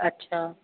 अछा